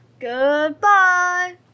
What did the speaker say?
Goodbye